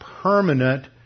permanent